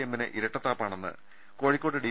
എമ്മിന് ഇരട്ടത്താപ്പാ ണെന്ന് കോഴിക്കോട് ഡി